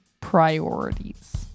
priorities